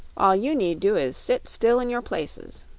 all you need do is sit still in your places.